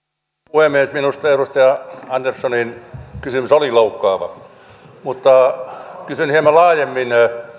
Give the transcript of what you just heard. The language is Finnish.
puhemies minusta edustaja anderssonin kysymys oli loukkaava mutta kysyn hieman laajemmin